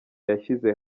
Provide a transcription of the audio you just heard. yashyize